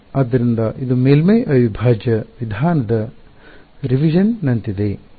ಆದ್ದರಿಂದ ಇದು ಮೇಲ್ಮೈ ಅವಿಭಾಜ್ಯ ವಿಧಾನದ ಪರಿಷ್ಕರಣೆಯಂತಿದೆ ರಿವಿಜನ್ ನಂತಿದೆ